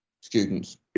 students